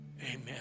amen